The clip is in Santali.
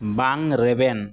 ᱵᱟᱝ ᱨᱮᱵᱮᱱ